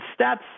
stats